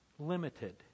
limited